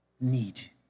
need